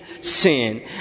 sin